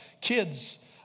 kids